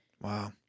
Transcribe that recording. Wow